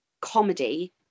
comedy